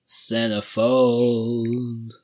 centerfold